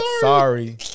Sorry